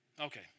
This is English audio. Okay